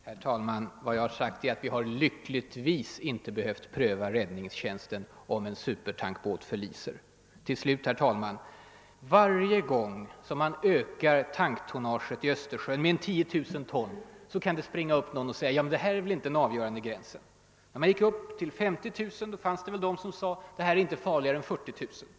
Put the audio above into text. Herr talman! Vad jag har sagt och menat är självfallet att vi lyckligtvis inte behövt pröva räddningstjänsten vid ett haveri med en supertankbåt. Till slut: varje gång som man ökar tanktonnaget i Östersjön med 10 000 ton, kan någon komma och säga att detta inte är den avgörande gränsen. När man höjde gränsen till 50 000 ton, fanns det väl de som sade att det inte är farligare än 40 000 ton.